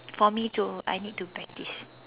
for me too I need to practice